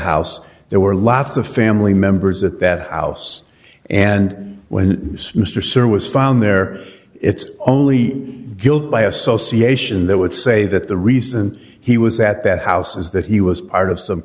house there were lots of family members at that house and when mr sir was found there it's only guilt by association that would say that the reason he was at that house is that he was part of some